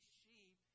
sheep